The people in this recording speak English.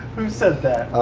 who said that?